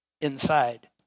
inside